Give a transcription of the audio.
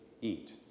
eat